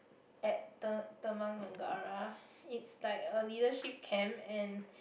at T~ Taman-Negara it's like a leadership camp and